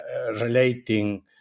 relating